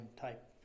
type